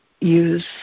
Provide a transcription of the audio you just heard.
use